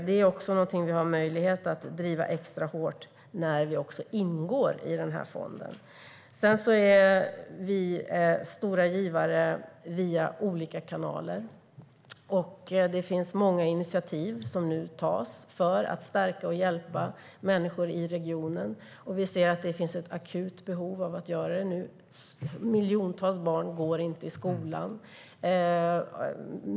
Det är någonting som vi har möjlighet att driva extra hårt när vi ingår i fonden. Vi är stora givare via olika kanaler. Det är många initiativ som nu tas för att stärka och hjälpa människor i regionen. Vi ser att det finns ett akut behov av att nu göra det. Miljontals barn går inte i skolan.